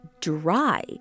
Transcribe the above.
dry